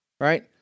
right